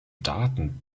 daten